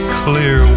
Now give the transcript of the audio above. clear